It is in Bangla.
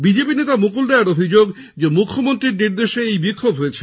বিজেপি নেতা মুকুল রায়ের অভিযোগ মুখ্যমন্ত্রীর নির্দেশেই এই বিক্ষোভ হয়েছে